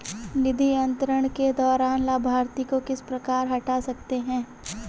निधि अंतरण के दौरान लाभार्थी को किस प्रकार से हटा सकते हैं?